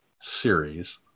series